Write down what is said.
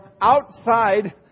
outside